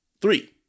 three